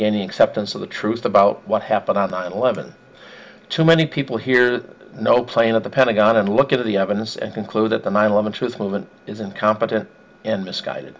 gaining acceptance of the truth about what happened on nine eleven too many people hear no plane at the pentagon and look at the evidence and conclude that the nine eleven truth movement is incompetent and misguided